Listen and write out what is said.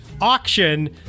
auction